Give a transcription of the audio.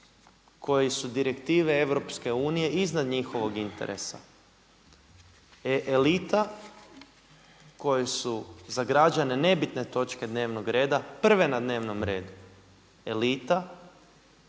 koji su direktive EU iznad njihovog interesa. Elita kojoj su za građane nebitne točke dnevnog reda prve na dnevnom redu, elita